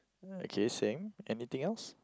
okay same anything else